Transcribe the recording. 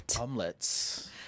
omelets